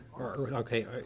okay